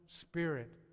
Spirit